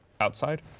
outside